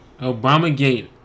Obamagate